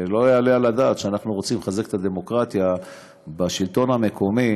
לא יעלה על הדעת שאנחנו רוצים לחזק את הדמוקרטיה בשלטון המקומי,